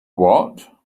what